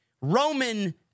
Roman